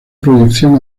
proyección